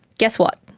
guess what?